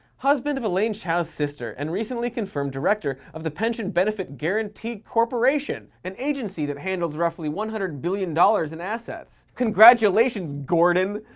husband of eliane chao's sister and recently confirmed director of the pension benefit guaranty corporation, an agency that handles roughly one hundred billion dollars in assets. congratulations, gordon.